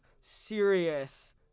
serious